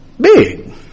big